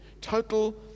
Total